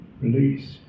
release